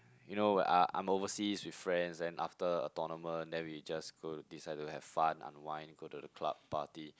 you know I I'm overseas with friends then after a tournament then we just go decide to have fun unwind go the club party